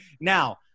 now